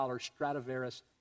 Stradivarius